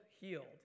healed